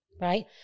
right